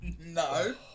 No